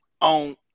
on